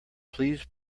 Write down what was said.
please